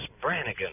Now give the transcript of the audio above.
Brannigan